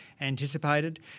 anticipated